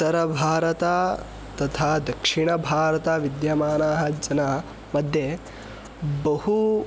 उत्तरभारते तथा दक्षिणभारते विद्यमानानां जनानां मध्ये बहु